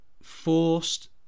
forced